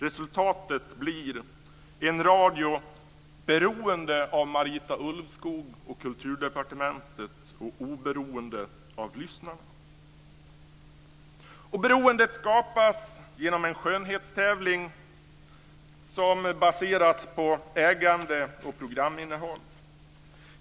Resultatet blir en radio beroende av Marita Ulvskog och Kulturdepartementet och oberoende av lyssnarna. Beroendet skapas genom en skönhetstävling som baseras på ägande och programinnehåll.